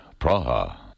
Praha